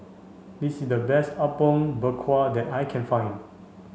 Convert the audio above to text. this is the best Apom Berkuah that I can find